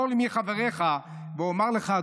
אמור לי מי חבריך ואומר לך,